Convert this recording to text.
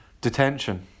Detention